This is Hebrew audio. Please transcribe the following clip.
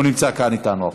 הוא נמצא כאן איתנו עכשיו.